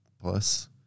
plus